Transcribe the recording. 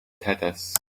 tatters